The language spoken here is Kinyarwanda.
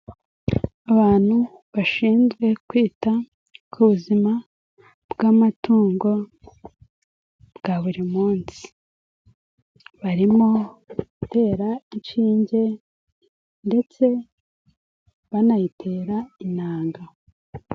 Abantu bashinzwe kwita ku buzima bw'amatungo bwa buri munsi, barimo gutera inshinge ndetse banayitera intangaga.